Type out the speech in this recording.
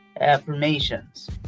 Affirmations